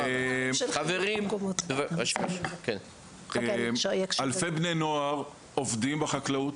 יש אלפי בני נוער שעובדים בחקלאות,